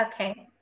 Okay